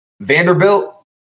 Vanderbilt